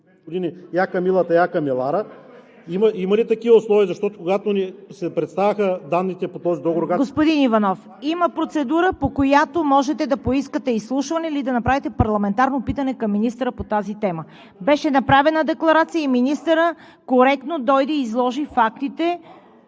Господин Иванов, има процедура, по която можете да поискате изслушване или да направите парламентарно питане към министъра по тази тема. Беше направена декларация и министърът коректно дойде и изложи фактите